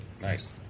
Nice